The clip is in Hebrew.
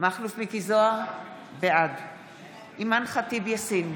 מכלוף מיקי זוהר, בעד אימאן ח'טיב יאסין,